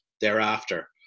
thereafter